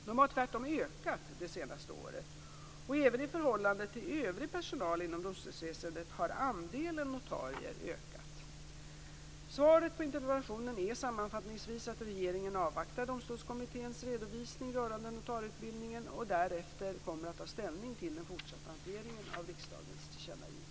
De har tvärtom ökat det senaste året, och även i förhållande till övrig personal inom domstolsväsendet har andelen notarier ökat. Svaret på interpellationen är sammanfattningsvis att regeringen avvaktar Domstolskommitténs redovisning rörande notarieutbildningen och därefter kommer att ta ställning till den fortsatta hanteringen av riksdagens tillkännagivande.